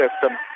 system